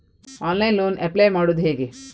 Online loan apply ಮಾಡುವುದು ಹೇಗೆ?